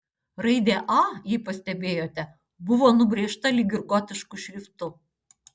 raidė a jei pastebėjote buvo nubrėžta lyg ir gotišku šriftu